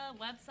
website